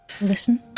Listen